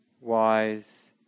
wise